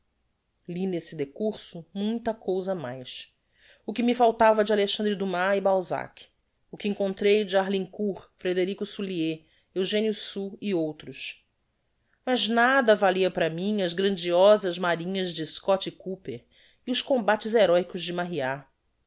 li nesse decurso muita cousa mais o que me faltava de alexandre dumas e balzac o que encontrei de arlincourt frederico soulié eugénio sue e outros mas nada valia para mim as grandiosas marinhas de scott e cooper e os combates heroicos de